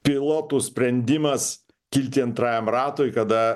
pilotų sprendimas kilti antrajam ratui kada